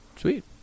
Sweet